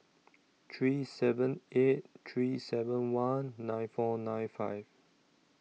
three seven eight three seven one nine four nine five